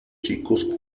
chicos